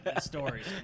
Stories